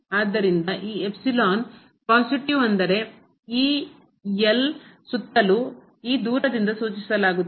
ಆದ್ದರಿಂದ ಈ epsilon positive ಅಂದರೆ ಈ ಸುತ್ತಲೂ ಈ ದೂರದಿಂದ ಸೂಚಿಸಲಾಗುತ್ತದೆ